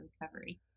recovery